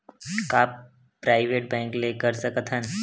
का private bank ले कर सकत हन?